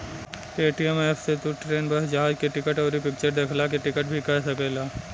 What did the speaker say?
Paytm app से तू train, bus, जहाज के टिकट, अउरी फिक्चर देखला के टिकट भी कअ सकेला